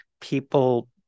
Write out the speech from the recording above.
people